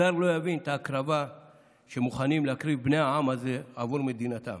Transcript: זר לא יבין את ההקרבה שמוכנים להקריב בני העם הזה עבור מדינתם.